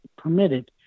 permitted